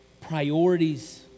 priorities